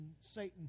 Satan